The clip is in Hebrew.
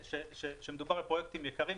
שמדובר על פרויקטים יקרים.